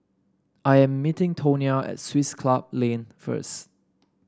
I am meeting Tonia at Swiss Club Lane first